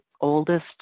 oldest